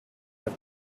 have